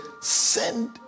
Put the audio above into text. send